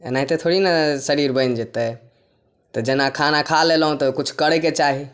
एनाहिते थोड़ी ने शरीर बैन जेतै तऽ जेना खाना खा लेलहुॅं तऽ किछु करैके चाही